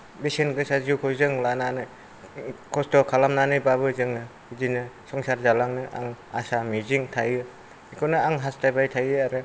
बेसेनगोसा जिउखौ जों लानानै खस्त' खालामनानैबाबो जोङो बिदिनो संसार जालांनो आं आसा मिजिं थायो बेखौनो आं हास्थायबाय थायो आरो